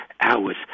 hours